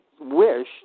wish